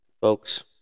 folks